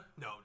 No